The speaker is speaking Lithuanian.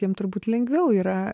jiem turbūt lengviau yra